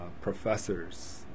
professors